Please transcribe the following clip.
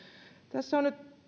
tässä on nyt